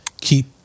keep